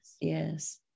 Yes